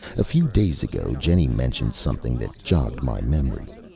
a few days ago, jenny mentioned something that jogged my memory.